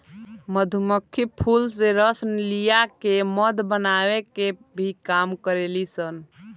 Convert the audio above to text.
मधुमक्खी फूल से रस लिया के मध बनावे के भी काम करेली सन